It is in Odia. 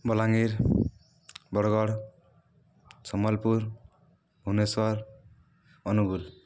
ବଲାଙ୍ଗୀର ବରଗଡ଼ ସମ୍ବଲପୁର ଭୁବନେଶ୍ୱର ଅନୁଗୁଳ